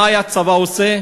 מה היה הצבא עושה?